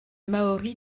maori